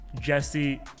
Jesse